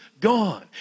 gone